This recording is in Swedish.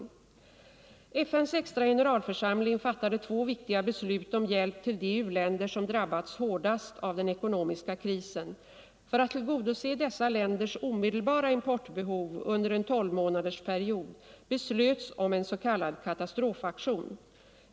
Torsdagen den FN:s extra generalförsamling fattade två viktiga beslut om hjälp till 14 november 1974 de u-länder som drabbats hårdast av den ekonomiska krisen. För att tillgodose dessa länders omedelbara importbehov under en tolvmåna Ang. u-landshjäldersperiod beslöts om en s.k. katastrofaktion.